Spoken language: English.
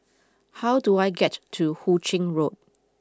how do I get to Hu Ching Road